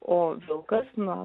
o vilkas na